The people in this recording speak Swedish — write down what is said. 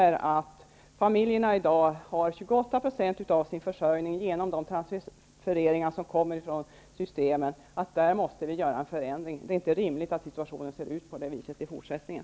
I dag har familjerna 28 % av sin försörjning genom de transfereringar som kommer från systemet. Det är inte rimligt att situationen skall se ut på det viset i fortsättningen.